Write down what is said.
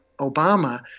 Obama